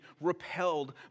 repelled